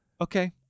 Okay